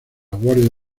guardia